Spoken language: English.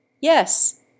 Yes